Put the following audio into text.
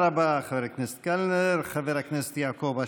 שר החינוך,